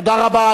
תודה רבה.